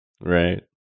Right